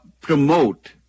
promote